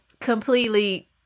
completely